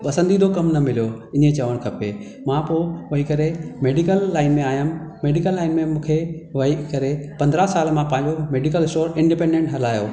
पसंदीदो कमु न मिलियो इएं चवणु खपे मां पोइ वई करे मेडीकल लाइन में आयमि मेडीकल लाइन में मूंखे वई करे पंद्रहं साल मां पंहिंजो मेडीकल स्टोर इन्डिपेंडंट हलायो